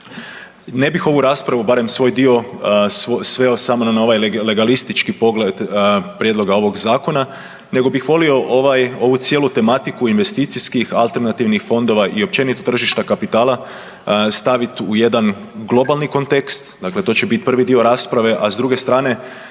Ne bih ovu raspravu, barem svoj dio, sveo samo na ovaj legalistički pogled prijedloga ovog zakona, nego bih volio ovaj, ocu cijelu tematiku investicijskih alternativnih fondova i općenito tržišta kapitala staviti u jedan globalni kontekst, dakle to će bit prvi dio rasprave, a s druge strane,